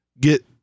get